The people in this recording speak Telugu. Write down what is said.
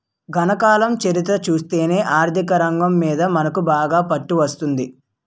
గణాంకాల చరిత్ర చూస్తేనే ఆర్థికరంగం మీద మనకు బాగా పట్టు వస్తుంది